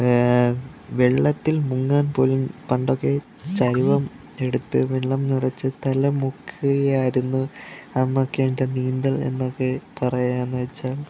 വെള്ളത്തിൽ മുങ്ങാൻ പോലും പണ്ടൊക്കെ ചരിവം എടുത്ത് വെള്ളം നിറച്ച് തല മുക്കുകയായിരുന്നു അന്നൊക്കെ എൻ്റെ നീന്തൽ എന്നൊക്കെ പറയാന്നുവെച്ചാൽ